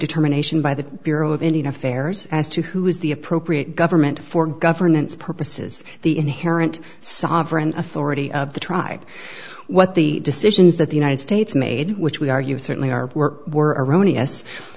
determination by the bureau of indian affairs as to who is the appropriate government for governance purposes the inherent sovereign authority of the tribe what the decisions that the united states made which we are you certainly are were were erroneous